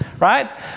Right